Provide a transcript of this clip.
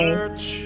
Church